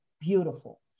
beautiful